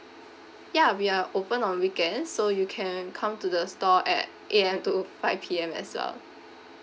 ya we are open on weekend so you can come to the store at eight A_M to five P_M as well